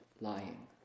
lying